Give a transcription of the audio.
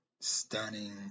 stunning